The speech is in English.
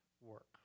work